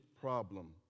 problem